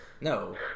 No